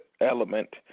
element